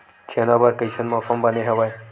चना बर कइसन मौसम बने हवय?